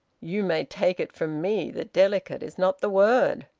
you may take it from me that delicate is not the word!